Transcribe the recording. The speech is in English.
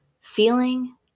feeling-